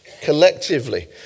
collectively